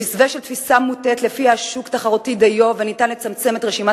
במסווה של תפיסה מוטעית שלפיה השוק תחרותי דיו וניתן לצמצם את רשימת